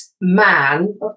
man